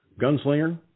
Gunslinger